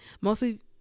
mostly